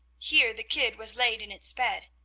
here the kid was laid in its bed,